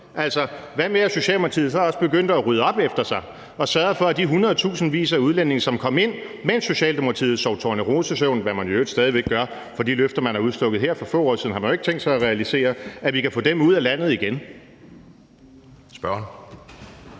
Altså, hvad med, at Socialdemokratiet så også begyndte at rydde op efter sig og sørgede for, at vi kan få de hundredtusindvis af udlændinge, som kom ind, mens Socialdemokratiet sov tornerosesøvn, hvad man jo i øvrigt stadig væk gør – for de løfter, man har udstukket her for få år siden, har man jo ikke tænkt sig at realisere – ud af landet igen? Kl.